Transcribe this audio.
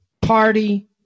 Party